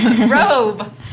Robe